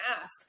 ask